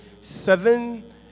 seven